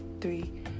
three